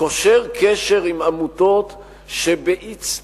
קושר קשר עם עמותות שבאצטלה,